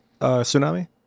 tsunami